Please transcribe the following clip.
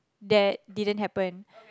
that didn't happen